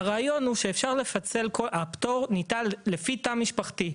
הרעיון הוא שאפשר לפצל, הפטור ניתן לפי תא משפחתי.